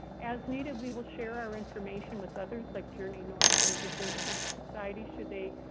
as needed we will share our information with others, like journey north or the xerces society, should they